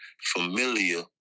familiar